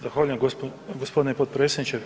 Zahvaljujem gospodine potpredsjedniče.